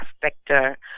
sector